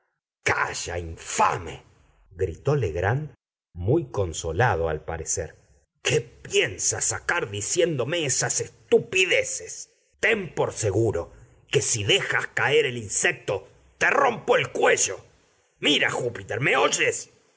canalla infame gritó legrand muy consolado al parecer qué piensas sacar diciéndome esas estupideces ten por seguro que si dejas caer el insecto te rompo el cuello mira júpiter me oyes